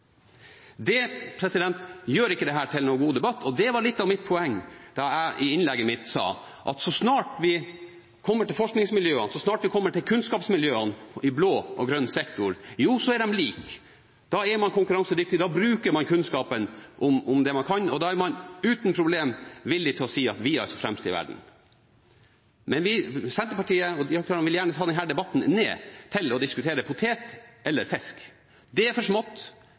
gjør ikke dette til noen god debatt, og det var litt av poenget mitt da jeg i innlegget sa at så snart vi kommer til forskningsmiljøene og kunnskapsmiljøene i blå og grønn sektor, er de like. Da er man konkurransedyktig, da bruker man kunnskapen om det man kan, og da er man uten problemer villig til å si at vi er fremst i verden. Men Senterpartiet og de aktørene vil gjerne ha den debatten ned til å diskutere potet eller fisk. Det er for smått,